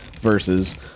versus